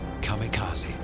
kamikaze